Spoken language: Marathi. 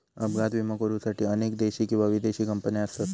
अपघात विमो करुसाठी अनेक देशी किंवा विदेशी कंपने असत